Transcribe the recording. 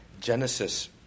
Genesis